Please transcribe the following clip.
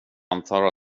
antar